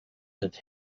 that